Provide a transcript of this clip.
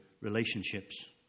relationships